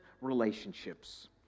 relationships